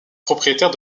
propriétaire